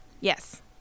yes